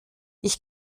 ich